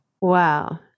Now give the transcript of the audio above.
Wow